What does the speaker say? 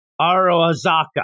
Aroazaka